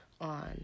on